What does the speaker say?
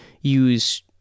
use